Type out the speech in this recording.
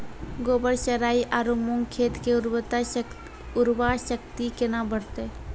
गोबर से राई आरु मूंग खेत के उर्वरा शक्ति केना बढते?